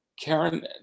Karen